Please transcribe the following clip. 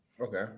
Okay